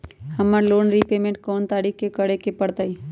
हमरा loan repayment कोन तारीख के करे के परतई?